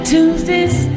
Tuesdays